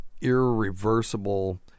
irreversible